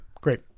Great